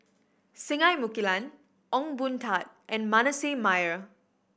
Singai Mukilan Ong Boon Tat and Manasseh Meyer